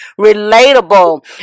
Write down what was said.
relatable